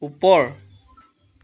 ওপৰ